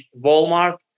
Walmart